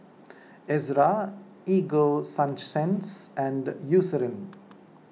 Ezerra Ego Sunsense and Eucerin